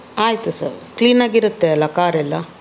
ಆಯಿತು ಸರ್ ಕ್ಲೀನಾಗಿರುತ್ತೆ ಅಲ್ಲಾ ಕಾರೆಲ್ಲ